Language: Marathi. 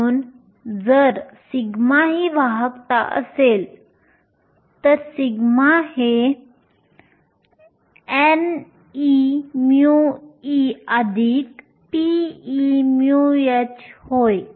म्हणून जर σ ही वाहकता असेल तर सिग्मा हे n e μe p e μh होय